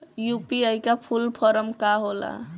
UPI का full form का होला?